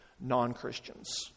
non-Christians